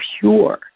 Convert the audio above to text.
pure